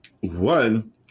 one